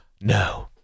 no